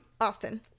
Austin